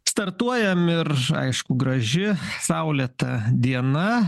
startuojam ir aišku graži saulėta diena